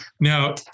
Now